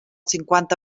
cinquanta